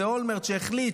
זה אולמרט שהחליט,